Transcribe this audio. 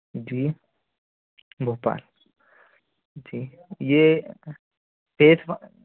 जी भोपाल जी ये फेस वं